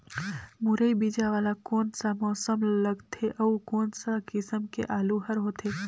मुरई बीजा वाला कोन सा मौसम म लगथे अउ कोन सा किसम के आलू हर होथे?